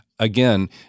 again